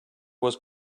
was